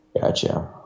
Gotcha